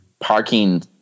parking